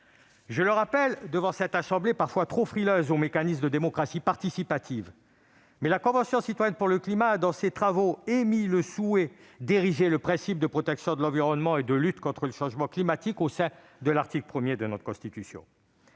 Je le rappelle devant cette assemblée parfois trop frileuse vis-à-vis des mécanismes de démocratie participative, la Convention citoyenne pour le climat a émis, dans ses travaux, le souhait d'inscrire le principe de protection de l'environnement et de lutte contre le changement climatique au sein de l'article 1 de notre Constitution.